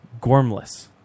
Gormless